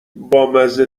بامزه